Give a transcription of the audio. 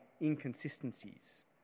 inconsistencies